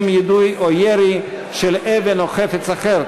120) (יידוי או ירי של אבן או חפץ אחר),